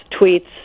tweets